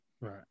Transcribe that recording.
Right